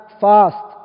Fast